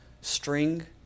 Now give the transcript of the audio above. string